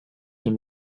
den